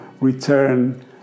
return